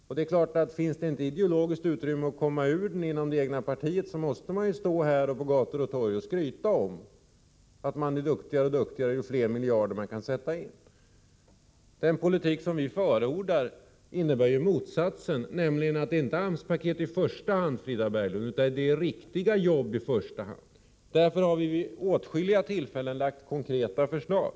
Och det är klart att finns det inte ideologiskt utrymme inom det egna partiet att komma ur den måste man gå ut på gator och torg och skryta och hävda att man är duktigare ju flera miljarder man kan sätta in. Den politik som vi förordar innebär motsatsen, nämligen att det inte i första hand är AMS-paket utan riktiga jobb som skall åstadkommas, Frida Berglund. Vi har vid åtskilliga tillfällen framlagt konkreta förslag.